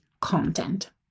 content